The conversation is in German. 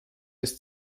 ist